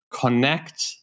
connect